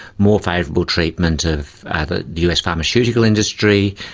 more favourable treatment of the us pharmaceutical industry,